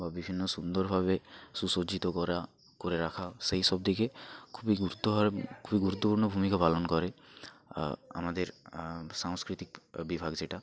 বা বিভিন্ন সুন্দরভাবে সুসজ্জিত করা করে রাখা সেইসব দিকে খুবই গুরুত্ব আর খুবই গুরুত্বপূর্ণ ভূমিকা পালন করে আমাদের সাংস্কৃতিক বিভাগ যেটা